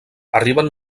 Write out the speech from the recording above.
arriben